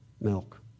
milk